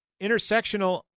intersectional